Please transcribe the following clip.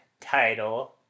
title